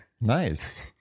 Nice